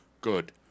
good